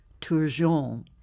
Tourjon